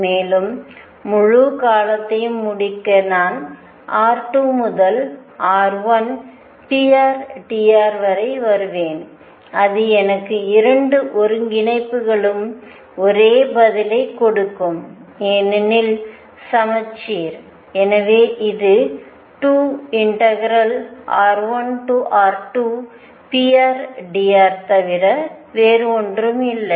மேலும் முழு காலத்தையும் முடிக்க நான் r 2 முதல் r1 prdr வரை வருவேன் அது எனக்கு இரண்டு ஒருங்கிணைப்புகளும் ஒரே பதிலைக் கொடுக்கும் ஏனெனில் சமச்சீர் எனவே இது 2r1r2prdr தவிர ஒன்றும் இல்லை